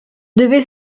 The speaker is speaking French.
devait